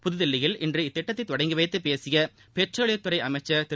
புதுதில்லியில் இன்று இத்திட்டத்தை தொடங்கி வைத்து பேசிய பெட்ரோலியத்துறை அமைச்சர் திரு